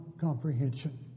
comprehension